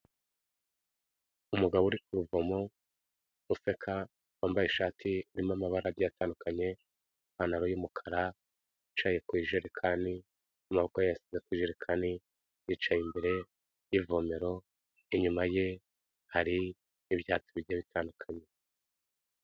Umugabo uri ku ivomo, useka, wambaye ishati irimo amabara agiye atandukanye, ipantaro y'umukara, wicaye ku ijerekani, amaboko yayashyize ku ijerekani, yicaye imbere y'ivomero, inyuma ye hari ibyatsi bigiye bitandukanye.